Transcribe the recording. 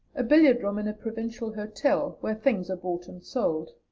a billiard room in a provincial hotel, where things are bought and sold.